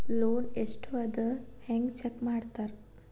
loan ಎಷ್ಟ್ ಅದ ಹೆಂಗ್ ಚೆಕ್ ಮಾಡ್ತಾರಾ